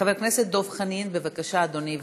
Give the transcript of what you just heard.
חבר הכנסת דב חנין, בבקשה, אדוני.